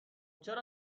چرا